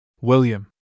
William